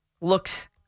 looks